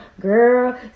girl